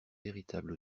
véritable